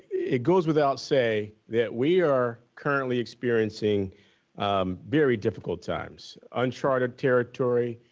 it goes without say that we are currently experiencing um very difficult times. unchartered territory.